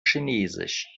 chinesisch